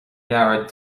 leabhar